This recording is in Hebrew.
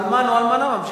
האלמן או האלמנה.